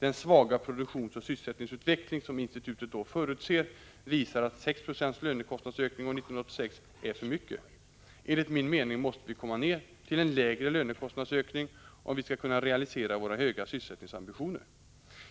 Den svaga produktionsoch sysselsättningsutveckling som institutet då förutser visar att 6 26 lönekostnadsökning år 1986 är för mycket. Enligt min mening måste vi komma ner till en lägre lönekostnadsökning om vi skall kunna realisera våra höga sysselsättningsambitioner.